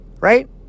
right